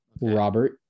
Robert